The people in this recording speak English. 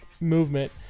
movement